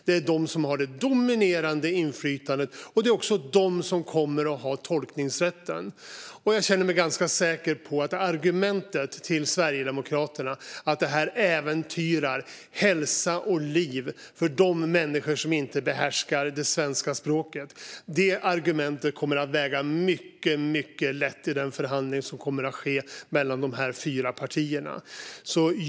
Det är de som har det dominerande inflytandet, och det är också de som kommer att ha tolkningsrätten. Jag känner mig ganska säker på att argumentet att detta äventyrar hälsa och liv för de människor som inte behärskar det svenska språket kommer att väga mycket lätt för Sverigedemokraterna i den förhandling som kommer att ske mellan de fyra partierna.